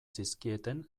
zizkieten